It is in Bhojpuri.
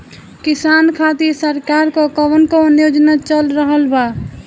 किसान खातिर सरकार क कवन कवन योजना चल रहल बा?